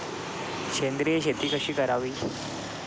सेंद्रिय शेती कशी करावी?